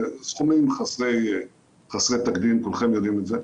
אלה סכומים חסרי תקדים, כולכם יודעים את זה.